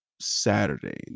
Saturday